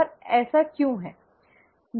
और ऐसा क्यों है